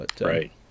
Right